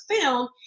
film